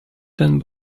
than